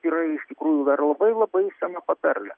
yra iš tikrųjų dar labai labai sena patarlė